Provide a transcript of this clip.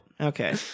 Okay